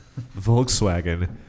Volkswagen